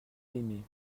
aimé